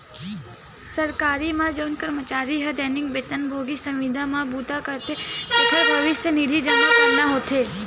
सरकारी संस्था म जउन करमचारी ह दैनिक बेतन भोगी, संविदा म बूता करथे तेखर भविस्य निधि जमा करना होथे